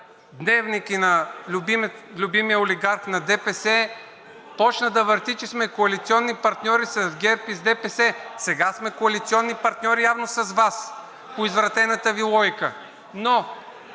„Дневник“ и на любимия олигарх на ДПС започна да върти, че сме коалиционни партньори с ГЕРБ и с ДПС, сега сме коалиционни партньори явно с Вас по извратената Ви логика. КИРИЛ